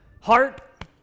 heart